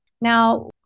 Now